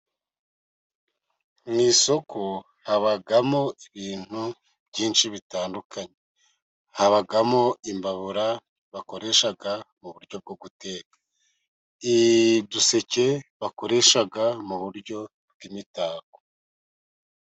Mu isoko habamo ibintu byinshi bitandukanye, habamo imbabura bakoresha mu buryo bwo guteka, uduseke bakoresha mu buryo bw'imitako.